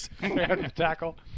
Tackle